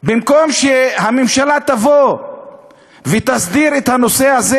במקום שהממשלה תבוא ותסדיר את הנושא הזה